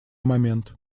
момент